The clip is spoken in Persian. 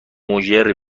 مژر